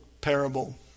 parable